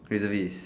reservist